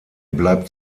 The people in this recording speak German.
bleibt